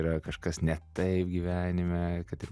yra kažkas ne taip gyvenime kad